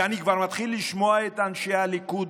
ואני כבר מתחיל לשמוע את אנשי הליכוד,